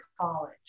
college